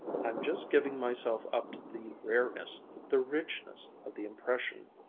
i'm just giving myself up to the rareness, the richness of the impression.